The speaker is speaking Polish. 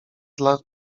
dla